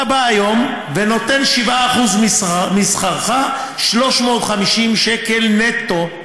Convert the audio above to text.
אתה בא היום ונותן 7% משכרך, 350 שקל נטו.